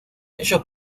ellos